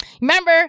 Remember